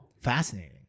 Fascinating